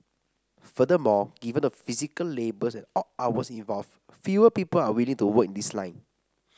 furthermore given the physical labours and odd hours involved fewer people are willing to work in this line